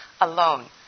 alone